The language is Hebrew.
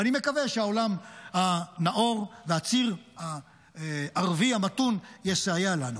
ואני מקווה שהעולם הנאור והציר הערבי המתון יסייע לנו.